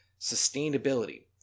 sustainability